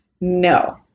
no